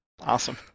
Awesome